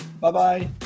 Bye-bye